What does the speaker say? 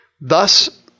Thus